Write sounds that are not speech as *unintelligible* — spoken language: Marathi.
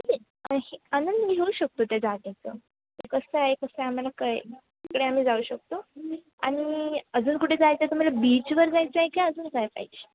*unintelligible* आनंद घेऊ शकतो त्या जागेचं ते कसं आहे कसं आहे आम्हाला कळेल तिकडे आम्ही जाऊ शकतो आणि अजून कुठे जायचं आहे तुम्हाला बीचवर जायचं आहे की अजून काय पाहिजे